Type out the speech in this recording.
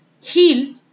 heal